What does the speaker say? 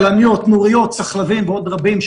כלניות, נוריות, סחלבים, ועוד רבים.